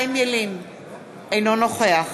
אינו נוכח